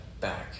back